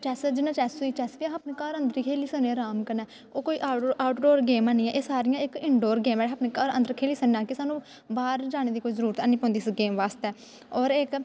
chess जियां chess होई chess बी अह् अपने घर अंदर खेली सकने अराम कन्नै ओह् कोई आऊटडोर आऊटडोर गेम हैन्नी ऐ एह् सारियां इक इनडोर गेमां न जेह्ड़ियां अस अपने घर अंदर खेली सकने कि सानूं बाह्र जाने दी जरूरत हैन्नी पौंदी इस गेम बास्तै और इक